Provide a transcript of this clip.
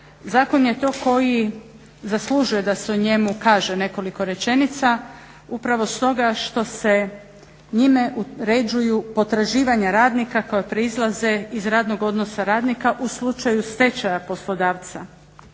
Zakon je to koji zaslužuje da se o njemu kaže nekoliko rečenica upravo stoga što se njime uređuju potraživanja radnika koja proizlaze iz radnog odnosa radnika u slučaju stečaja poslodavca.